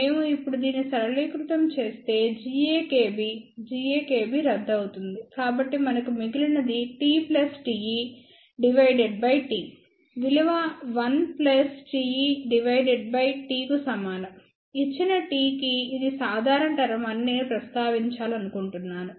మేము ఇప్పుడు దీన్ని సరళీకృతం చేస్తే GakB GakB రద్దు అవుతుంది కాబట్టి మనకు మిగిలినది T plus Te divided by T విలువ 1 plus Te divided by T కు సమానం ఇచ్చిన T కి ఇది సాధారణ టర్మ్ అని నేను ప్రస్తావించాలనుకుంటున్నాను